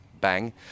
bang